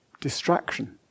distraction